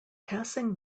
passing